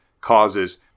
causes